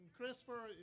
Christopher